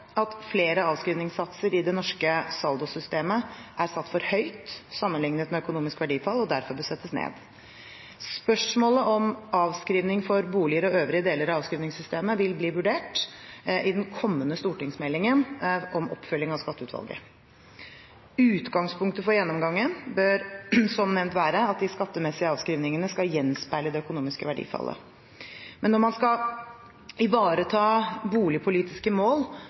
at flere avskrivningssatser i det norske saldosystemet er satt for høyt sammenlignet med økonomisk verdifall, og derfor bør settes ned. Spørsmålet om avskrivning for boliger og øvrige deler av avskrivningssystemet vil bli vurdert i den kommende stortingsmeldingen om oppfølging av Skatteutvalget. Utgangspunktet for gjennomgangen bør som nevnt være at de skattemessige avskrivningene skal gjenspeile det økonomiske verdifallet. Når man skal ivareta boligpolitiske mål,